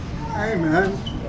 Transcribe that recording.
Amen